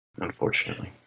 Unfortunately